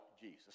Jesus